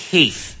Keith